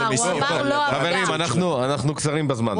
אנחנו קצרים בזמן.